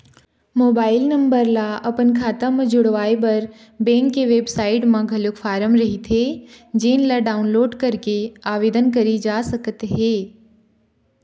mobile number ल अपन खाता म जोड़वाए बर बेंक के बेबसाइट म घलोक फारम रहिथे जेन ल डाउनलोड करके आबेदन करे जा सकत हे